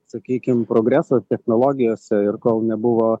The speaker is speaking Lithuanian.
sakykim progreso technologijose ir kol nebuvo